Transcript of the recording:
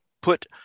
put